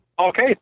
Okay